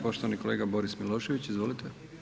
Poštovani kolega Boris Milošević, izvolite.